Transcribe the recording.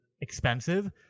expensive